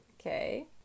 Okay